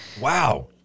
Wow